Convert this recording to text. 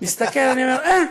אני מסתכל ואני אומר: אה,